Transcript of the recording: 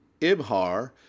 Ibhar